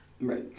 Right